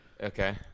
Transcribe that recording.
Okay